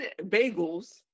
bagels